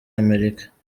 america